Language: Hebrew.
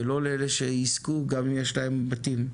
ולא לאלה שיזכו גם אם יש להם בתים.